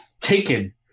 Taken